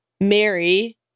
Mary